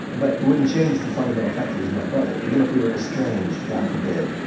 but it wouldn't change the fundamental fact that he's my brother. even if we were estranged, god forbid,